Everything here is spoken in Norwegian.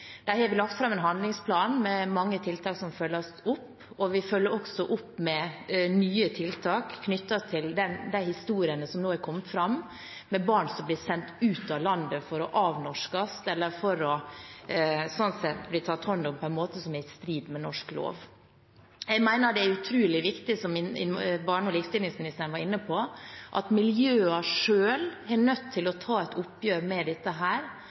har lagt fram en handlingsplan med mange tiltak som følges opp, og vi følger også opp med nye tiltak knyttet til de historiene som nå har kommet fram, om barn som blir sendt ut av landet for å avnorskes eller for å bli tatt hånd om på en måte som er i strid med norsk lov. Jeg mener det er utrolig viktig og nødvendig, som barne- og likestillingsministeren var inne på, at miljøene selv tar et oppgjør med dette